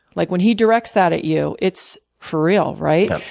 like when he directs that at you, it's for real, right?